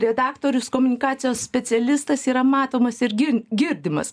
redaktorius komunikacijos specialistas yra matomas ir gir girdimas